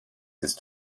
ist